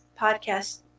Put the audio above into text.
podcast